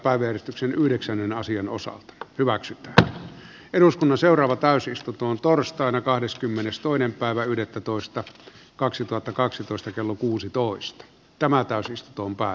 tässä nyt vain keskityttiin sotainvalidien kysymyksiin mutta totta kai sotaveteraanit yleisesti pitäisi ottaa tällaisen lainsäädännön uudistamisen piiriin